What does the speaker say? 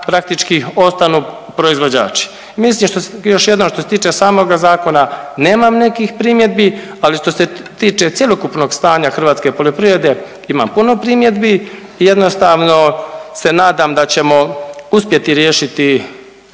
praktički ostanu proizvođači. Mislim što se, još jednom što se tiče samoga zakona, nemam nekih primjedbi, ali što se tiče cjelokupnog stanja hrvatske poljoprivrede imam puno primjedbi i jednostavno se nadam da ćemo uspjeti riješiti